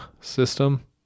system